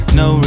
no